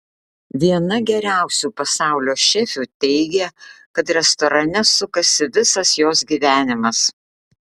viena geriausių pasaulio šefių teigia kad restorane sukasi visas jos gyvenimas